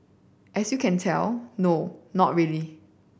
as you can tell no not really